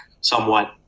somewhat